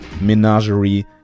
Menagerie